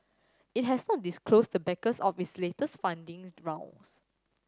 it has not disclosed the backers of its latest funding round